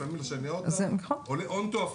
לפעמים לשנע אותם עולה הון תועפות.